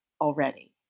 already